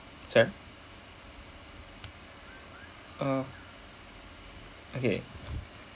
sorry uh okay